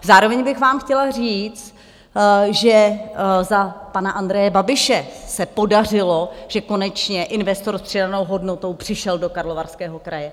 Zároveň bych vám chtěla říct, že za pana Andreje Babiše se podařilo, že konečně investor s přidanou hodnotou přišel do Karlovarského kraje.